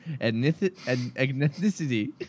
ethnicity